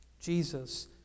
Jesus